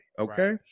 okay